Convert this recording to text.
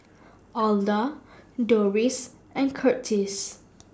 Alda Dorris and Curtiss